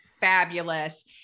Fabulous